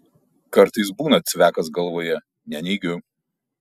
kartais būna cvekas galvoje neneigiu